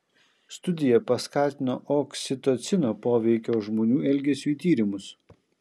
studija paskatino oksitocino poveikio žmonių elgesiui tyrimus